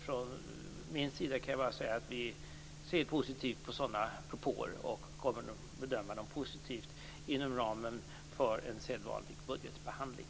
Från min sida kan jag bara säga att vi ser positivt på sådana propåer och kommer att bedöma dem positivt inom ramen för en sedvanlig budgetbehandling.